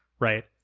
right.